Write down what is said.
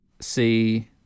see